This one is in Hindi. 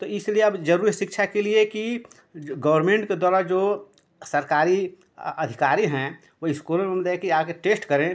तो इसलिए अब जरूरी शिक्षा के लिए कि गौरमेंट के द्वारा जो सरकारी अधिकारी हैं वो इस्कूलों में मतलब कि आ कर टेश्ट करें